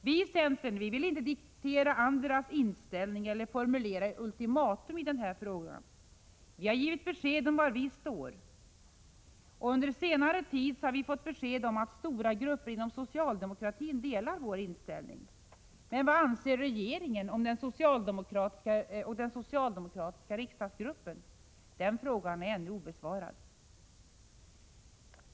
Vi i centern vill inte diktera andras inställning eller formulera ultimatum i den här frågan. Vi har givit besked om var vi står. Under senare tid har vi fått besked om att stora grupper inom socialdemokratin delar vår inställning. Men vad anser regeringen och den socialdemokratiska riksdagsgruppen? Den frågan är ännu obesvarad.